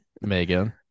Megan